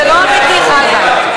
זה לא אמיתי, חזן.